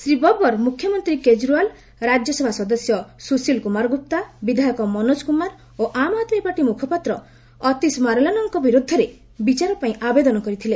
ଶ୍ରୀ ବବର୍ ମୁଖ୍ୟମନ୍ତ୍ରୀ କେଜିରିଓ୍ବାଲ ରାଜ୍ୟସଭା ସଦସ୍ୟ ସୁଶୀଲ କୁମାରଗୁପ୍ତା ବିଧାୟକ ମନୋଜ କୁମାର ଓ ଆମ୍ ଆଦମୀ ପାର୍ଟି ମୁଖପାତ୍ର ଅତିଶ ମାରଲେନାଙ୍କ ବିରୁଦ୍ଧରେ ବିଚାର ପାଇଁ ଆବେଦନ କରିଥିଲେ